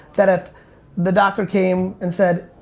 that if the doctor came and said,